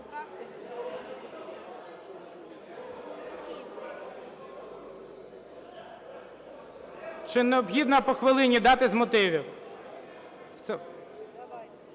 Чи необхідно по хвилині дати з мотивів?